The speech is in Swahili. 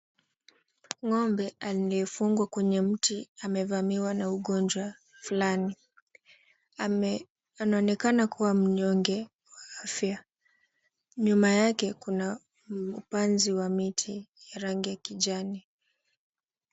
Ng'ombe aliyefungwa kwenye mti amevamiwa na ugonjwa fulani. Anaonekana kuwa mnyonge wa afya. Nyuma yake, kuna upanzi wa miti ya rangi ya kijani.